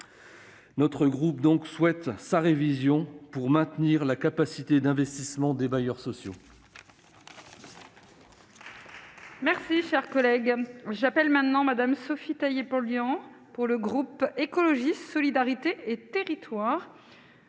Notre groupe souhaite donc la révision de la RLS pour maintenir la capacité d'investissement des bailleurs sociaux.